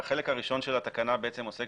החלק הראשון של התקנה עוסק